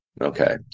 Okay